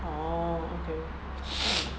orh okay